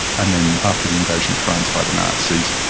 and then, after the invasion of france by the nazis,